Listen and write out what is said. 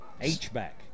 H-back